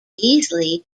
easley